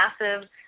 massive